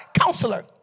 counselor